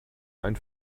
ein